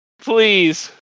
Please